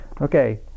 okay